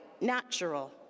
natural